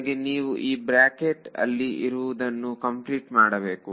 ನನಗೆ ನೀವು ಈ ಬ್ರಾಕೆಟ್ ನಲ್ಲಿ ಇರುವುದನ್ನು ಕಂಪ್ಲೀಟ್ ಮಾಡಬೇಕು